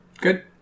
good